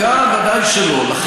ודאי שלא.